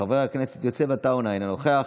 חבר הכנסת יוסף עטאונה, אינו נוכח,